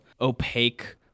opaque